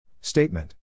Statement